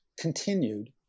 continued